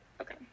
Okay